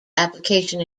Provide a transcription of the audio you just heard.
application